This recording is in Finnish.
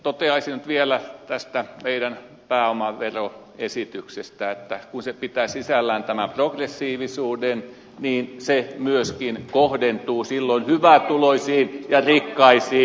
toteaisin nyt vielä tästä meidän pääomaveroesityksestämme että kun se pitää sisällään tämän progressiivisuuden niin se myöskin kohdentuu silloin hyvätuloisiin ja rikkaisiin